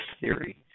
theory